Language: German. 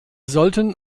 sollten